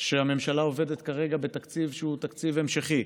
שהממשלה עובדת כרגע בתקציב שהוא תקציב המשכי,